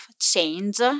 change